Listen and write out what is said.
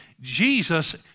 Jesus